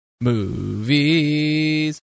movies